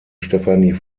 stefanie